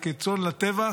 כצאן לטבח,